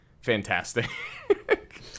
fantastic